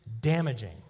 damaging